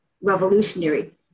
revolutionary